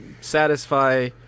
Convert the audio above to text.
satisfy